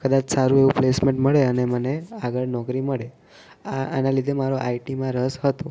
કદાચ સારું એવું પ્લેસમેન્ટ મળે અને મને આગળ નોકરી મળે આ આના લીધે મારો આઇટીમાં રસ હતો